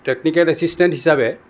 technical assistant হিচাপে